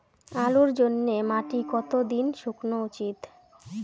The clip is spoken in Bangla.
আলুর জন্যে মাটি কতো দিন শুকনো উচিৎ?